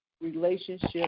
relationship